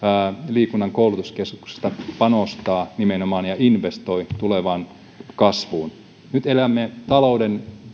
liikunnan koulutuskeskuksesta panostaa ja investoi nimenomaan tulevaan kasvuun nyt elämme talouden